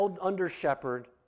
under-shepherd